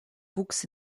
wuchs